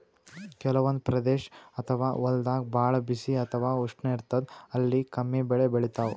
ಕೆಲವಂದ್ ಪ್ರದೇಶ್ ಅಥವಾ ಹೊಲ್ದಾಗ ಭಾಳ್ ಬಿಸಿ ಅಥವಾ ಉಷ್ಣ ಇರ್ತದ್ ಅಲ್ಲಿ ಕಮ್ಮಿ ಬೆಳಿ ಬೆಳಿತಾವ್